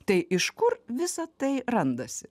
tai iš kur visa tai randasi